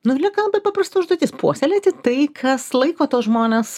nu lieka labai paprasta užduotis puoselėti tai kas laiko tuos žmones va čia